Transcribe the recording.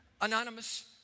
anonymous